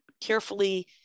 carefully